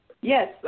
Yes